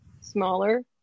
smaller